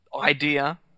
idea